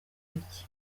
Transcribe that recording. bike